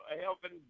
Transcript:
helping